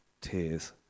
tears